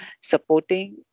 supporting